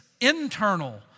internal